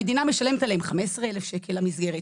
המדינה משלמת עליהם 15,000 ₪ למסגרת.